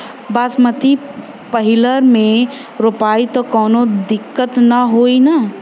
बासमती पलिहर में रोपाई त कवनो दिक्कत ना होई न?